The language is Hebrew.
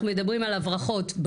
אנחנו מדברים על הברחות,